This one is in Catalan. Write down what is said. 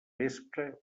vespre